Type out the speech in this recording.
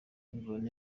imvano